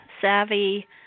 savvy